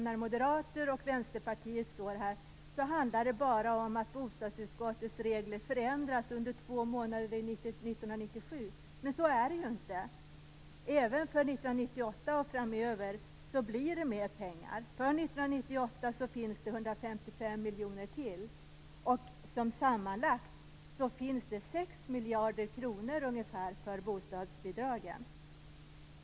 När moderater och vänsterpartister står här handlar det bara om att bostadsutskottets förslag innebär att reglerna förändras under två månader 1997. Så är det inte. Även för 1998 och framöver blir det mer pengar. För 1998 finns det ytterligare 155 miljoner. Sammanlagt finns det ungefär 6 miljarder kronor för bostadsbidragen.